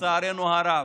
לצערנו הרב,